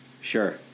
Sure